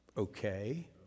Okay